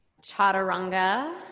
chaturanga